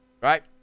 Right